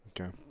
Okay